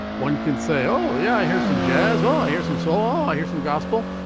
one can say, oh yeah, i hear some jazz, oh, i hear some soul, i hear some gospel.